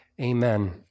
Amen